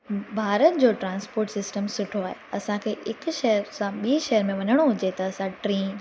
भारत जो transport system सुठो आहे असांखे हिकु शहर सां ॿिए शहर में वञिणो हुजे त असां ट्रेन